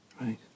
Right